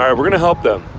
um we're gonna help them.